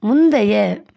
முந்தைய